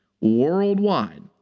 worldwide